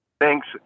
Thanks